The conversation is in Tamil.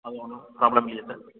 அது ஒன்றும் ப்ராப்ளம் இல்லையே சார்